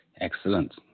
Excellent